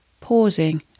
pausing